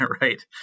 Right